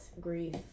grief